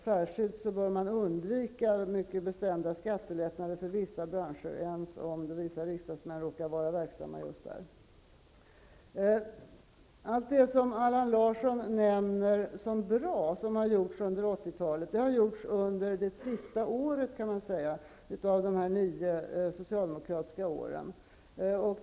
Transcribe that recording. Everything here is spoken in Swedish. Särskilt bör man undvika mycket bestämda skattelättnader för vissa branscher, även om vissa riksdagsmän råkar vara verksamma just där. Det som gjorts under 80-talet och som Allan Larsson omnämner som bra har gjorts under det sista året, kan man säga, av de nio socialdemokratiska regeringsåren.